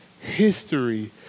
history